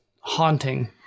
haunting